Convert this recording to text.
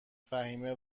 فهمیه